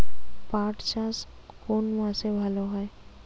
পাট চাষ কোন মাসে ভালো হয়?